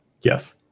Yes